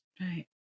Right